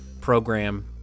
program